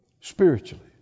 spiritually